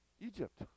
Egypt